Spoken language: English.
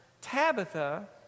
Tabitha